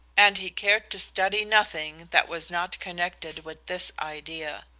and he cared to study nothing that was not connected with this idea.